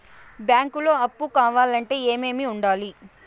బ్యాంకులో అప్పు కావాలంటే ఏమేమి ఉండాలి?